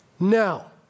Now